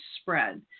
spread